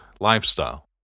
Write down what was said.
lifestyle